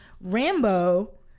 Rambo